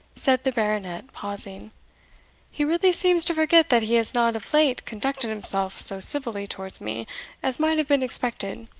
said the baronet, pausing he really seems to forget that he has not of late conducted himself so civilly towards me as might have been expected.